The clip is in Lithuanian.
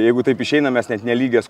jeigu taip išeina mes net nelygias